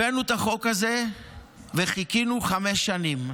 הבאנו את החוק הזה וחיכינו חמש שנים,